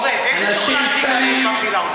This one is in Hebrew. אורן, איזה תוכנה של גזענות מפעילה אותך?